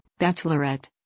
bachelorette